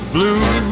blue